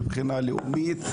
מבחינה לאומית,